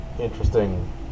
interesting